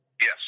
Yes